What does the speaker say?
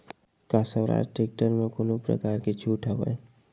का स्वराज टेक्टर म कोनो प्रकार के छूट हवय?